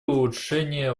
улучшения